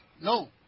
no